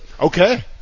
Okay